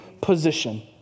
position